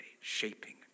shaping